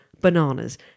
bananas